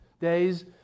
days